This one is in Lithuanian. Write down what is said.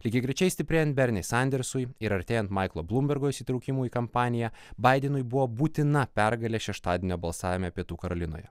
lygiagrečiai stiprėjant berniui sandersui ir artėjant maiklo blūmbergo įsitraukimui į kampaniją baidenui buvo būtina pergalė šeštadienio balsavime pietų karolinoje